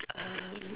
um